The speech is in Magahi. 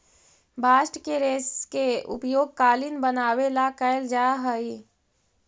बास्ट के रेश के उपयोग कालीन बनवावे ला कैल जा हई